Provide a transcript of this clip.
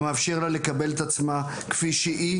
המאפשר לה לקבל את עצמה כפי שהיא,